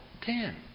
ten